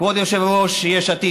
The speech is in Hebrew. כבוד יושב-ראש יש עתיד,